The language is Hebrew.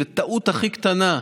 וטעות הכי קטנה,